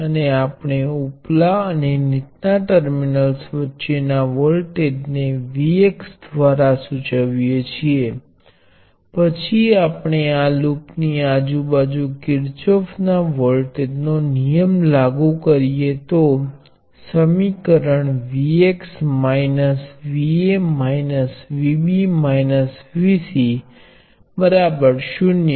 તેથી મને C1 અને C2 બે કેપેસિટર જોડવા દો અને મને તેમાંથી પસાર થતો પ્રવાહ I દર્શાવવા દો અને અહીંયા હું વ્યક્તિગત વોલ્ટેજ V1 અને V2 ને દર્શાવીશ હું જાણું છું કે વોલ્ટેજ V1એ 1C1 અને પ્રવાહ નુ સંકલન છે